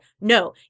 No